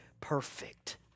perfect